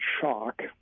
shock